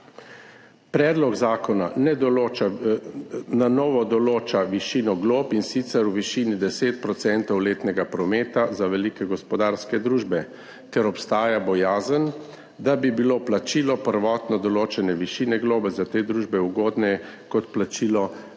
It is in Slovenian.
Predlog zakona na novo določa višino glob, in sicer v višini 10 % letnega prometa za velike gospodarske družbe, ker obstaja bojazen, da bi bilo plačilo prvotno določene višine globe za te družbe ugodneje kot plačilo